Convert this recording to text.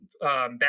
back